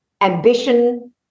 ambition